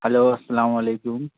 hello السلام علیکم